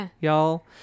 y'all